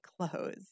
clothes